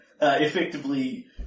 Effectively